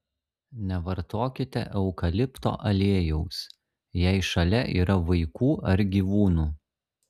nevartokite eukalipto aliejaus jei šalia yra vaikų ar gyvūnų